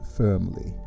firmly